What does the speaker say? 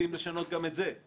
מציעים לשנות גם את זה.